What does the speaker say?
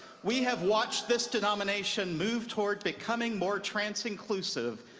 we have watched this denomination move toward becoming more trans inclusive,